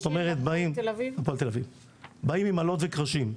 באים עם אלות וקרשים.